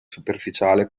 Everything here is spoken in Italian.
superficiale